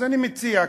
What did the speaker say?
אז אני מציע כאן,